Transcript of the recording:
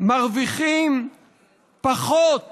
מרוויחים פחות